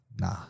Nah